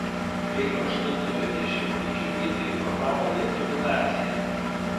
kaip aštuntojo dešimtmečio hipiai formavo lietuvių naciją